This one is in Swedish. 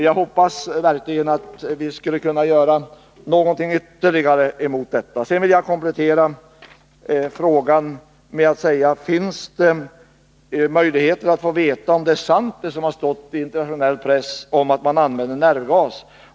Jag hoppas verkligen att vi kan göra någonting ytterligare för att motverka detta. Sedan vill jag komplettera frågan: Finns det möjligheter att få veta om det är sant som har stått i internationell press om att man använder nervgas?